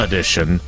Edition